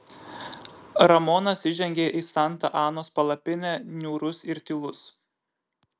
ramonas įžengė į santa anos palapinę niūrus ir tylus